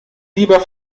lieber